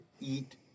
eat